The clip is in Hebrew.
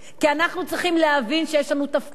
כי אנחנו צריכים להבין שיש לנו תפקיד,